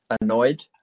annoyed